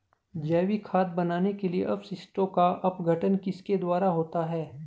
जैविक खाद बनाने के लिए अपशिष्टों का अपघटन किसके द्वारा होता है?